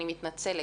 אני מתנצלת,